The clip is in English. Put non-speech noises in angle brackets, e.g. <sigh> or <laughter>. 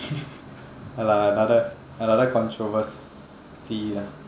<laughs> ya lah another another controversy lah